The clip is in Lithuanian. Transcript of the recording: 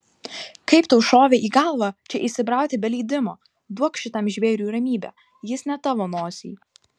kaip tau šovė į galvą čia įsibrauti be leidimo duok šitam žvėriui ramybę jis ne tavo nosiai